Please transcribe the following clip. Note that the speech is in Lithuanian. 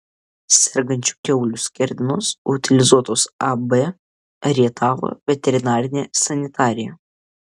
sergančių kiaulių skerdenos utilizuotos ab rietavo veterinarinė sanitarija